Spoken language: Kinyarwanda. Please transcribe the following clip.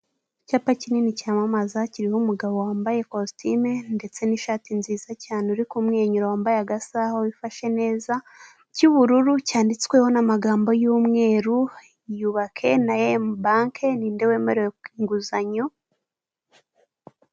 Icyapa kinini cyamamaza kiroho umugabo wambaye ikositimu ndetse n'shati nziza cyane uri kumwenyura wambaye agasaha wifashe neza cy’ ubururu cyanditsweho n’ amagambo yumweru yubake na I@M bank ninde wemerewe inguzanyo.